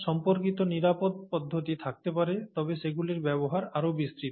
সম্পর্কিত নিরাপদ পদ্ধতি থাকতে পারে তবে সেগুলির ব্যবহার আরও বিস্তৃত